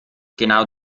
genau